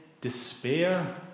despair